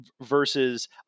Versus